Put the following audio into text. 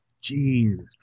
Jesus